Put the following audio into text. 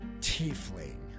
tiefling